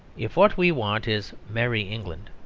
if what we want is merry england,